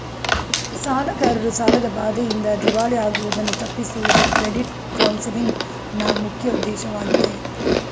ಸಾಲಗಾರರು ಸಾಲದ ಬಾಧೆಯಿಂದ ದಿವಾಳಿ ಆಗುವುದನ್ನು ತಪ್ಪಿಸುವುದು ಕ್ರೆಡಿಟ್ ಕೌನ್ಸಲಿಂಗ್ ನ ಮುಖ್ಯ ಉದ್ದೇಶವಾಗಿದೆ